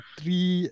Three